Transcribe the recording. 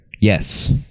Yes